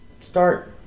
start